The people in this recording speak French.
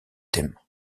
thème